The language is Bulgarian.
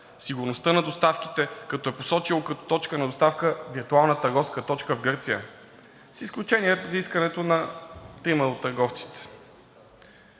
сигурността на доставките, като е посочил като точка на доставка виртуална търговска точка в Гърция, с изключение искането на трима от търговците.